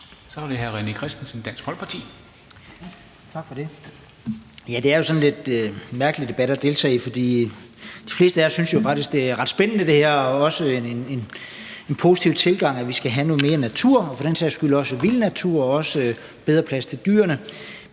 Kl. 17:06 René Christensen (DF): Tak for det. Det er jo sådan lidt en mærkelig debat at deltage i, for de fleste af os synes jo faktisk, at det her er ret spændende, og at det er en positiv tilgang, at vi skal have noget mere natur og for den sags skyld vild natur og også bedre plads til dyrene.